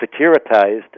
securitized